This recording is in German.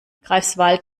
greifswald